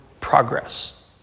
progress